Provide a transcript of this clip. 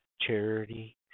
Charity